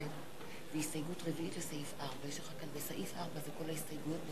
ההסתייגות של קבוצת סיעת רע"ם-תע"ל לסעיף 2